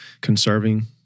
conserving